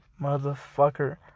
motherfucker